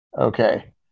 Okay